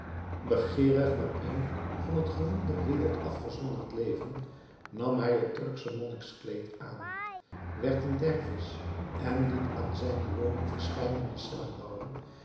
begeerig naar een van het gewoel der wereld afgezonderd leven nam hij het turksche monnikskleed aan werd een dervis en liet aan zijne woning verscheidene cellen bouwen